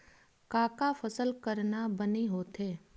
का का फसल करना बने होथे?